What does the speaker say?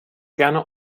gerne